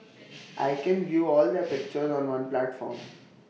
I can view all their pictures on one platform